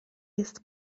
jest